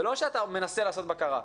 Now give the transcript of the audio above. ולא שאתה מנסה לעשות בקרה.